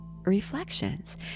reflections